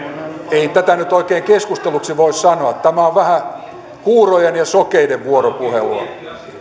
ei tätä nyt oikein keskusteluksi voi sanoa tämä on vähän kuin kuurojen ja sokeiden vuoropuhelua